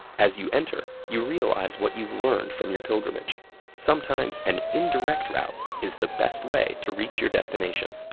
as you enter, you realize what you've learned from your pilgrimage sometimes an indirect route is the best way to reach your destination.